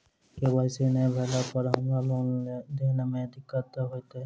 KYC नै भेला पर हमरा लेन देन मे दिक्कत होइत?